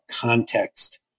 context